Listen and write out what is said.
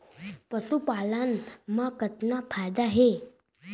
पशुपालन मा कतना फायदा हे?